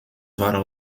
waren